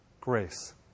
Grace